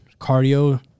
Cardio